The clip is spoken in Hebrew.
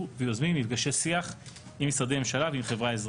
ויוזמים מפגשי שיח עם משרדי ממשלה ועם חברה אזרחית.